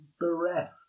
bereft